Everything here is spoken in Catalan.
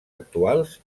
actuals